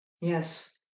Yes